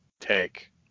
take